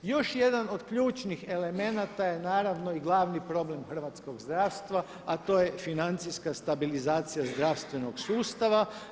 Još jedan od ključnih elemenata je naravno i glavni problem hrvatskog zdravstva a to je financijska stabilizacija zdravstvenog sustava.